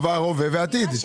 עבר, הווה ועתיד.